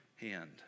hand